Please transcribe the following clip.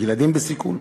ילדים בסיכון.